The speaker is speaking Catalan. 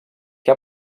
que